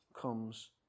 comes